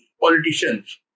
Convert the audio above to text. politicians